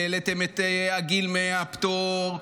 והעליתם את גיל הפטור,